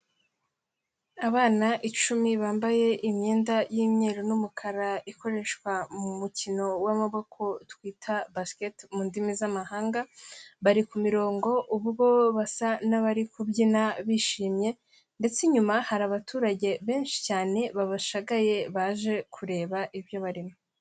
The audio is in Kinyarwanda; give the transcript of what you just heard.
Abana icumi bambaye imyenda y'imyeru n'umukara ikoreshwa mu mukino w'amaboko twita basiketi mu ndimi z'amahanga, bari ku mirongo ubwo basa n'abari kubyina bishimye ndetse inyuma hari abaturage benshi cyane babashagaye baje kureba ibyo barimo.